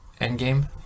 Endgame